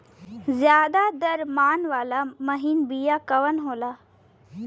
ज्यादा दर मन वाला महीन बिया कवन होला?